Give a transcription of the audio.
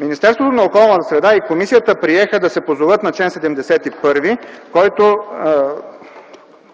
Министерството на околната среда и комисията приеха да се позоват на чл. 71,